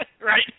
Right